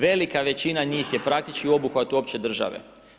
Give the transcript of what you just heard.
Velika većina njih je praktički u obuhvatu opće države.